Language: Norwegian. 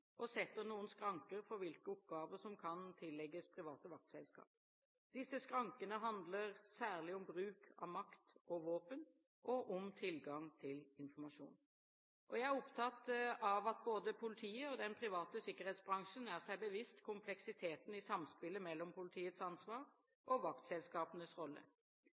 og setter noen skranker for hvilke oppgaver som kan tillegges private vaktselskap. Disse skrankene handler særlig om bruk av makt og våpen og om tilgang til informasjon. Jeg er opptatt av at både politiet og den private sikkerhetsbransjen er seg bevisst kompleksiteten i samspillet mellom politiets ansvar og vaktselskapenes rolle.